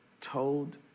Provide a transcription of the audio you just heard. told